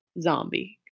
zombie